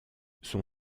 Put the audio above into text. son